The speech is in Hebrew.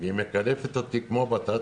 והיא מקלפת אותי כמו בטטה.